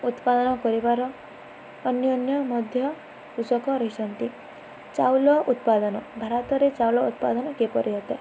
ଉତ୍ପାଦନ କରିବାର ଅନ୍ୟ ଅନ୍ୟ ମଧ୍ୟ କୃଷକ ରହିଛନ୍ତି ଚାଉଳ ଉତ୍ପାଦନ ଭାରତରେ ଚାଉଳ ଉତ୍ପାଦନ କିପରି ହୋଇଥାଏ